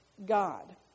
God